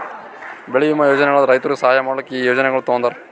ಬೆಳಿ ವಿಮಾ ಯೋಜನೆಗೊಳ್ ರೈತುರಿಗ್ ಸಹಾಯ ಮಾಡ್ಲುಕ್ ಈ ಯೋಜನೆಗೊಳ್ ತಂದಾರ್